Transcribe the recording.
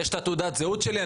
יש את תעודת הזהות שלי,